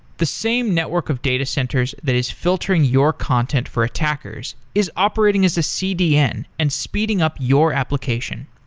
the same network of data centers that is filtering your content for attackers is operating as a cdn and speeding up your application.